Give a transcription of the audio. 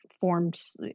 forms